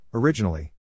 Originally